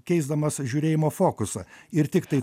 keisdamas žiūrėjimo fokusą ir tiktai